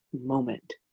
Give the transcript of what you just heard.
moment